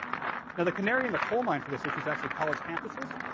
the the canary in the coal mine for this issue is actually college campuses.